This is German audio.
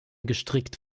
gestrickt